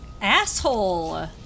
Asshole